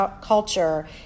culture